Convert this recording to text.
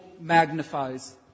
magnifies